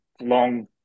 long